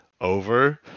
over